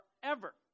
forever